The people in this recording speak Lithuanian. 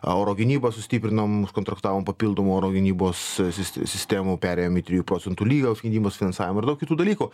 oro gynybą sustiprinom kontraktavom papildomų oro gynybos sis sistemų perėjom į trijų procentų lygą gynybos finansavimo ir daug kitų dalykų